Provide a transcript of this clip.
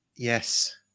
Yes